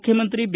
ಮುಖ್ಯಮಂತ್ರಿ ಬಿ